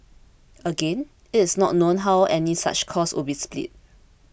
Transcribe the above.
again it is not known how any such cost would be split